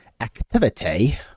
activity